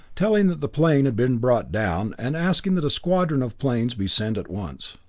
telling that the plane had been brought down, and asking that a squadron of planes be sent at once.